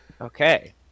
okay